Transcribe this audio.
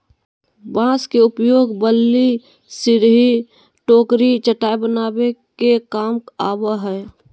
बांस के उपयोग बल्ली, सिरही, टोकरी, चटाय बनावे के काम आवय हइ